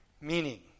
Meaning